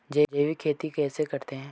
जैविक खेती कैसे करते हैं?